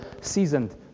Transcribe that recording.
seasoned